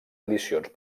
edicions